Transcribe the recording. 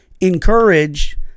encourage